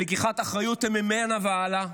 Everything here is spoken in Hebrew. שלקיחת אחריות מהם והלאה,